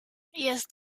jest